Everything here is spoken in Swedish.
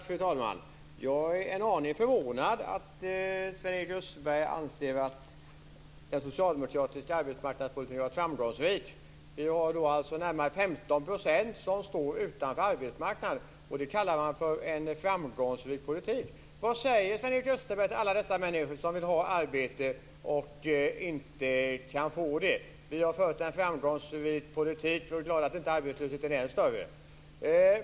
Fru talman! Jag är en aning förvånad över att Sven-Erik Österberg anser att den socialdemokratiska arbetsmarknadspolitiken har varit framgångsrik. Vi har alltså närmare 15 % som står utanför arbetsmarknaden, och det kallar han för en framgångsrik politik. Vad säger Sven-Erik Österberg till alla dessa människor som vill ha ett arbete och inte kan få det - vi har fört en framgångsrik politik och får vara glada att arbetslösheten inte är ännu större?